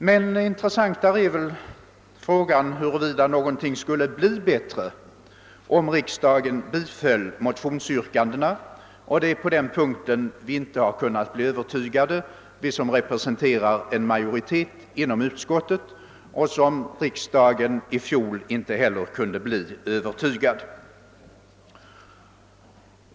Men intressantare är väl frågan huruvida någonting skulle bli bättre om riksdagen biföll motionsyrkandet, och det är på denna punkt utskottsmajoriteten, liksom riksdagen i fjol, inte kunnat bli övertygad.